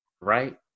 right